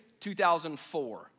2004